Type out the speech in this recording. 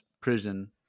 prison